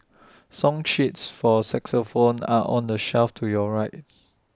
song sheets for xylophones are on the shelf to your right